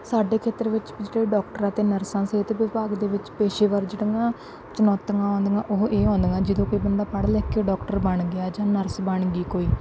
ਸਾਡੇ ਖੇਤਰ ਵਿੱਚ ਜਿਹੜੇ ਡਾਕਟਰਾਂ ਅਤੇ ਨਰਸਾਂ ਸੀ ਸਿਹਤ ਵਿਭਾਗ ਦੇ ਵਿੱਚ ਪੇਸ਼ੇਵਰ ਜਿਹੜੀਆਂ ਚੁਣੌਤੀਆਂ ਆਉਂਦੀਆਂ ਉਹ ਇਹ ਆਉਂਦੀਆਂ ਜਦੋਂ ਕੋਈ ਬੰਦਾ ਪੜ੍ਹ ਲਿਖ ਕੇ ਡਾਕਟਰ ਬਣ ਗਿਆ ਜਾਂ ਨਰਸ ਬਣ ਗਈ ਕੋਈ